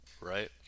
right